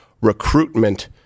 recruitment